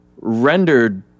rendered